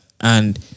And-